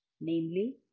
namely